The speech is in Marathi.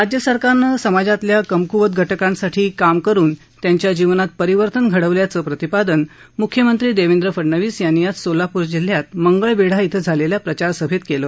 राज्यसरकारनं समाजातल्या कमक्वत घटकांसाठी काम करुन त्यांच्या जीवनात परिवर्तन घडवल्याचं प्रतिपादन म्ख्यमंत्री देवेंद्र फडणवीस यांनी आज सोलापूर जिल्ह्यात मंगळवेढा इथं झालेल्या प्रचारसभेत केलं